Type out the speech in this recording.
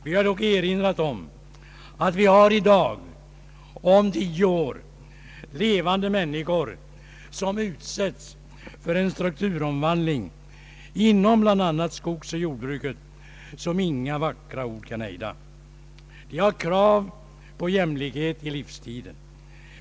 Vi har dock erinrat om att vi i dag och om tio år har levande människor som utsätts för en strukturomvandling inom bl.a. skogsoch jordbruket som inga vackra ord kan hejda. De har krav på jämlikhet i livstiden.